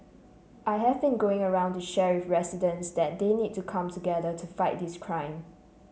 I have been going around to share with residents that they need to come together to fight this crime